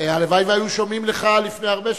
הלוואי שהיו שומעים לך לפני הרבה שנים.